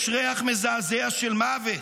יש ריח מזעזע של מוות".